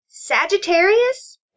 Sagittarius